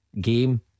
game